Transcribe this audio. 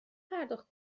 پرداخت